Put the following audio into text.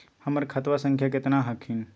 हमर खतवा संख्या केतना हखिन?